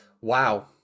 Wow